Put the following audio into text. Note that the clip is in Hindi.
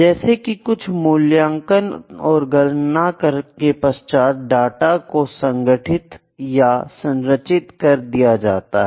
जैसे कि कुछ मूल्यांकन और गणना के पश्चात डाटा को संगठित या संरचित कर दिया जाता है